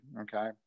okay